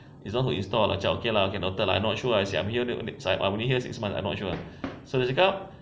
this one install okay lah noted noted I not sure I'm here I'm only here six months I'm not sure so dia cakap